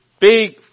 big